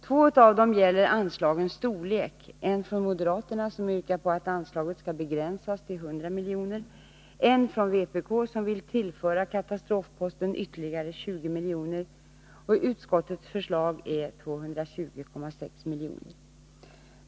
Två av dem gäller anslagens storlek: en från moderaterna, som yrkar på att anslaget skall begränsas till 100 milj.kr., och en från vpk, som vill tillföra katastrofposten ytterligare 20 miljoner. Utskottets förslag är 220,6 miljoner.